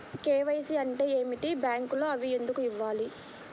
KYC అంటే ఏమిటి? బ్యాంకులో అవి ఎందుకు ఇవ్వాలి?